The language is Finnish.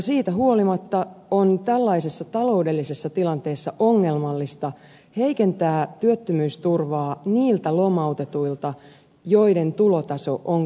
siitä huolimatta on tällaisessa taloudellisessa tilanteessa ongelmallista heikentää työttömyysturvaa niiltä lomautetuilta joiden tulotaso on kaikkein pienin